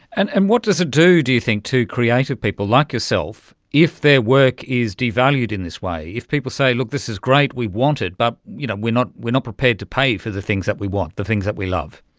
and and what does it do, do you think, to creative people like yourself if their work is devalued in this way, if people say, look, this is great, we want it but you know we are not prepared to pay for the things that we want, the things that we love?